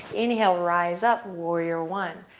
inhale, rise up, warrior one.